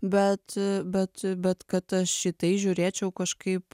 bet bet bet kad aš į tai žiūrėčiau kažkaip